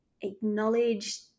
acknowledge